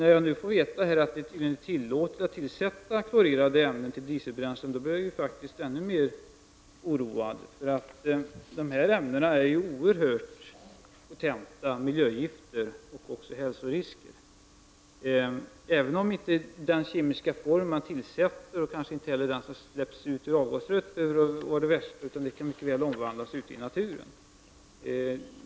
När jag nu får veta att det är tillåtet att tillsätta klorerade ämnen till dieselbränsle blir jag ännu mera oroad. Dessa ämnen är ju oerhört potenta miljögifter och innebär hälsorisker. Även om de inte i kemisk form tillsätts och kanske inte heller släpps ut i avgasröret — det behöver inte vara det värsta — kan de mycket väl omvandlas ute i naturen.